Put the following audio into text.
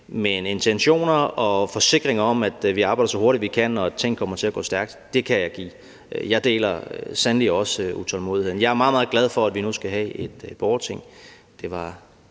af. Men forsikringer om, at vi arbejder så hurtigt, vi kan, og at tingene kommer til at gå stærkt, kan jeg give. Jeg deler sandelig også utålmodigheden. Jeg er meget, meget glad for, at vi nu skal have et borgerting. Det var